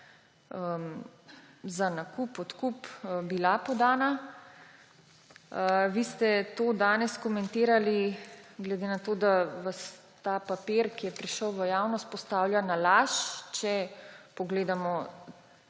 za nakup, odkup bila podana. Vi ste to danes komentirali. Glede na to, da vas ta papir, ki je prišel v javnost, postavlja na laž, če pogledamo